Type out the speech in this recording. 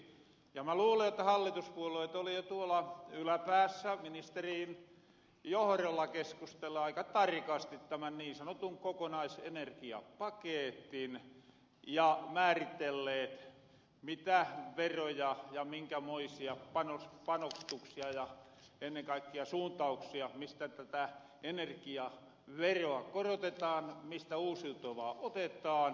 mä luulen että hallituspuolueet oli jo tuolla yläpäässä ministerien johorolla keskustellu aika tarkasti tämän niin sanotun kokonaisenergiapaketin ja määritelleet mitä veroja ja minkämoisia panostuksia ja ennen kaikkea suuntauksia mistä tätä energiaveroa korotetaan mistä uusiutuvaa otetaan